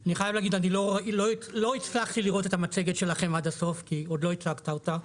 אני לא הצלחתי לראות את המצגת שלכם עד הסוף כי עוד לא הצגת אותה.